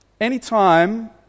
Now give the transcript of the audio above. Anytime